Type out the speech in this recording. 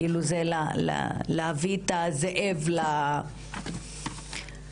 כאילו, זה להביא את הזאב למקום שלו.